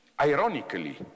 ironically